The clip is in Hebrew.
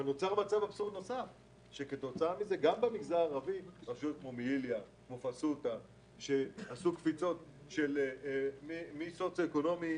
גם ברשות כמו פסוטה עשו קפיצה מסוציואקונומי